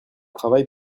travaille